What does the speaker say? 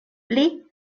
pli